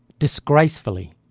disgracefully,